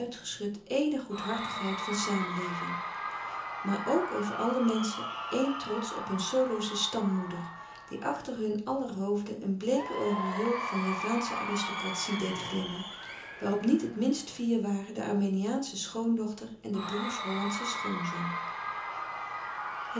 éene goedhartigheid van samenleving maar ook over alle de menschen éen trots op hun solosche stammoeder die achter hun aller hoofden een bleeken aureool van javaansche aristocratie deed glimmen waarop niet het minst fier waren de armeniaansche schoondochter en de boersch hollandsche schoonzoon